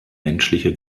menschliche